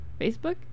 Facebook